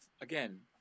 again